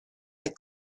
that